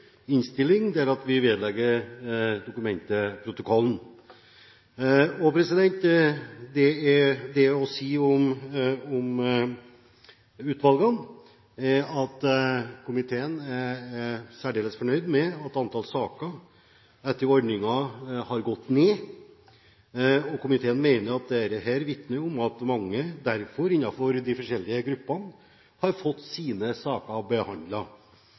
innstilling der vi vedlegger dokumentet protokollen. Det som er å si om utvalgene, er at komiteen er særdeles fornøyd med at antall saker etter ordningen har gått ned. Komiteen mener dette vitner om at mange derfor innenfor de forskjellige gruppene har fått sine saker